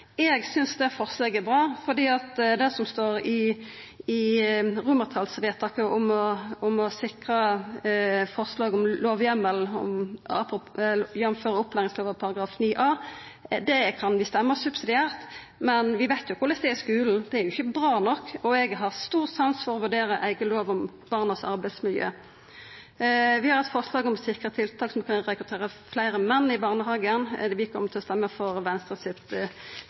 Eg synest det forslaget er bra. Forslaget i romertalsvedtaket om å sikra lovheimelen, jf. opplæringslova § 9 a, kan vi stemma for subsidiært, men vi veit jo korleis det er i skulen. Det er ikkje bra nok, og eg har stor sans for å vurdera ei eiga lov om barns arbeidsmiljø. Vi har eit forslag om å sikra tiltak som fører til at det vert rekruttert fleire menn i barnehagen, og vi kjem til å stemma subsidiært for